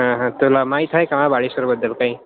हा हां तुला माहीत आहे का महाबळेश्वरबद्दल काही